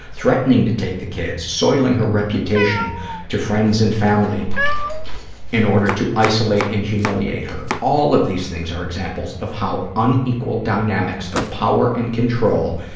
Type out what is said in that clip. threatening to take the kids, soiling her reputation to friends and family in order to isolate and humiliate her, all of these things are examples of how unequal dynamics of power and control,